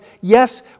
Yes